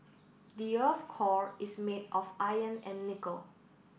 the earth's core is made of iron and nickel